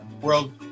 world